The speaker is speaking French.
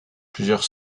plusieurs